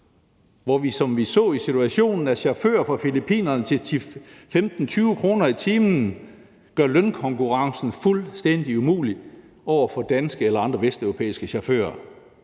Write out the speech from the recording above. i EU, hvor vi i situationen så, at chauffører fra Filippinerne til 10, 15, 20 kr. i timen gør lønkonkurrencen fuldstændig umulig over for danske eller andre vesteuropæiske chauffører.